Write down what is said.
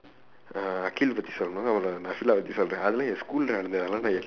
akhil பத்தி சொன்னவுடன்:paththi sonnavudan பத்தி சொல்லுறேன்:paththi sollureen